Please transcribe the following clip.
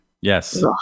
Yes